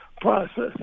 process